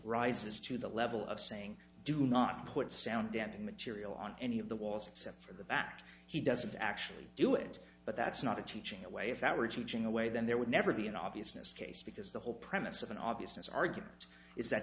rises to the level of saying do not put sound damping material on any of the walls except for the fact he doesn't actually do it but that's not a teaching away if that were teaching away then there would never be an obviousness case because the whole premise of an obviousness argument is that